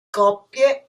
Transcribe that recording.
coppie